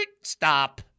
stop